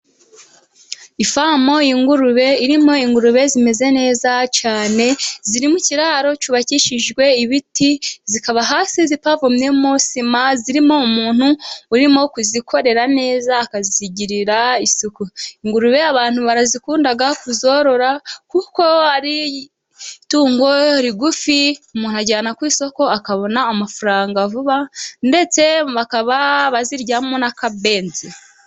Ifamu y’ingurube irimo ingurube zimeze neza cyane ziri mu kiraro cyubakishijwe ibiti, hakaba hasi hapavomyemo sima, harimo umuntu urimo kuzikorera neza, akazigirira isuku. Abantu bakunda kuzorora kuko ari itungo rigufi umuntu ajyana ku isoko akabona amafaranga vuba ndetse bakaba baziryamo n'akabenzi.